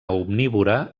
omnívora